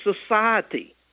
society